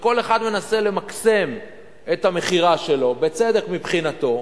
שכל אחד מנסה למקסם את המכירה שלו, בצדק מבחינתנו.